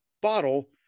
bottle